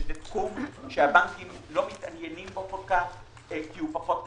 שזה תחום שהבנקים לא מתעניינים בו כל כך כי הוא פחות כלכלי.